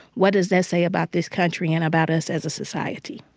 what does that say about this country and about us as a society?